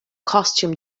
costume